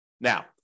Now